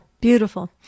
Beautiful